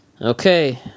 Okay